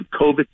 COVID